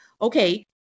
okay